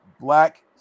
black